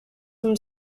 from